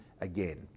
again